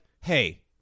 hey